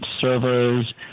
servers